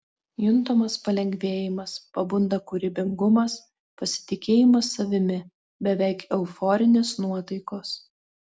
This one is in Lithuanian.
juntamas palengvėjimas pabunda kūrybingumas pasitikėjimas savimi beveik euforinės nuotaikos